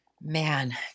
man